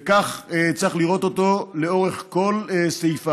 וכך צריך לראות אותו לאורך כל סעיפיו.